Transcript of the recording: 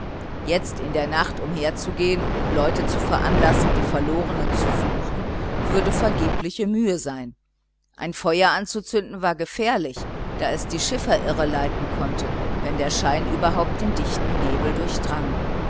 jetzt in der nacht umherzugehen und leute zu veranlassen die verlorenen zu suchen würde vergebliche mühe sein ein feuer anzuzünden war gefährlich da es die schiffer irreleiten konnte wenn der schein überhaupt den dichten nebel durchdrang